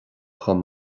dom